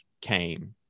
came